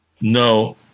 No